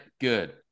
Good